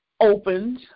opened